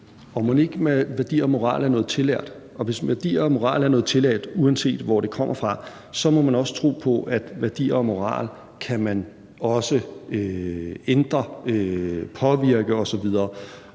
Hvis værdier og moral er noget tillært, uanset hvor de kommer fra, så må man også tro på, at man også kan ændre, påvirke osv.